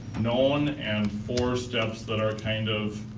known and four steps that are kind of